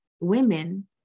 women